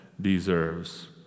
deserves